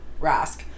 Rask